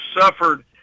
suffered